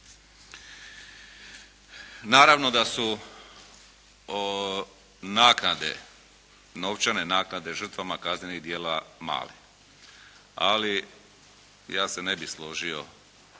Naravno da su naknade, novčane naknade žrtvama kaznenih djela male, ali ja se ne bih složio